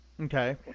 okay